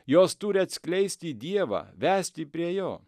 jos turi atskleisti dievą vesti prie jo